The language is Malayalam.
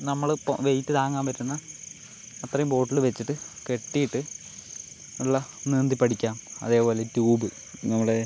നമ്മൾ ഇപ്പോൾ വെയിറ്റ് താങ്ങാൻ പറ്റുന്ന അത്രയും ബോട്ടിൽ വച്ചിട്ട് കെട്ടിയിട്ട് ഉള്ള നീന്തി പഠിക്കാം അതേപോലെ ട്യൂബ് നമ്മുടെ